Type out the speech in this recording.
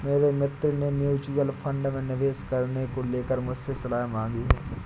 मेरे मित्र ने म्यूच्यूअल फंड में निवेश करने को लेकर मुझसे सलाह मांगी है